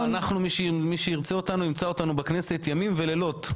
מי שרוצה אותנו ימצא אותנו בכנסת ימים ולילות.